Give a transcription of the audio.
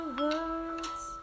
words